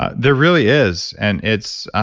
ah there really is. and it's